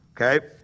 okay